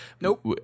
nope